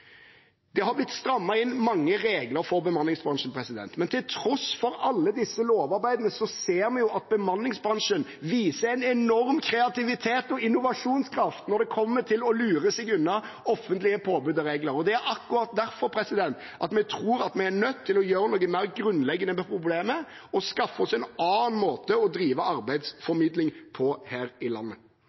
Mange regler er blitt strammet inn for bemanningsbransjen, men til tross for alle disse lovarbeidene ser vi at bemanningsbransjen viser en enorm kreativitet og innovasjonskraft når det kommer til å lure seg unna offentlige påbud og regler. Det er akkurat derfor vi tror at vi er nødt til å gjøre noe mer grunnleggende med problemet og skaffe oss en annen måte å drive arbeidsformidling på her i landet.